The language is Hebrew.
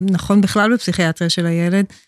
נכון בכלל, לא צריך לייצר של הילד.